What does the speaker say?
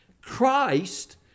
Christ